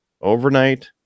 overnight